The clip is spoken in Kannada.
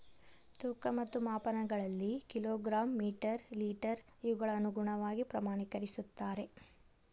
ತೂಕ ಮತ್ತು ಮಾಪನಗಳಲ್ಲಿ ಕಿಲೋ ಗ್ರಾಮ್ ಮೇಟರ್ ಲೇಟರ್ ಇವುಗಳ ಅನುಗುಣವಾಗಿ ಪ್ರಮಾಣಕರಿಸುತ್ತಾರೆ